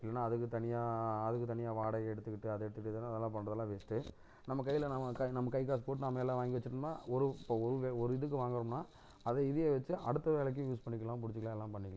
இல்லைன்னா அதுக்குத் தனியாக அதுக்குத் தனியாக வாடகையை எடுத்துக்கிட்டு அதை எடுத்துக்கிட்டு இதெல்லாம் நல்லா பண்ணுறதுலாம் வேஸ்ட் நம்ம கையில் நாம கை நம்ம கை காசு போட்டு நாம எல்லாம் வாங்கி வச்சுட்டோம்னால் ஒரு இப்போ ஒரு இதுக்கு வாங்குறோம்னால் அதை இதையே வச்சு அடுத்த வேலைக்கு யூஸ் பண்ணிக்கலாம் முடிச்சுக்கலாம் எல்லாம் பண்ணிக்கலாம்